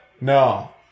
No